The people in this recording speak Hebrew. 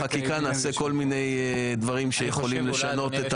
בחקיקה כל מיני דברים שיכולים לשנות את